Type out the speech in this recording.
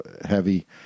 heavy